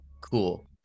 Cool